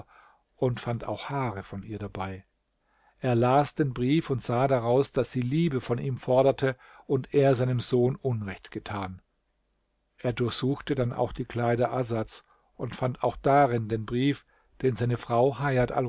und fand auch haare von ihr dabei er las den brief und sah daraus daß sie liebe von ihm forderte und er seinem sohn unrecht getan er durchsuchte dann auch die kleider asads und fand auch darin den brief den seine frau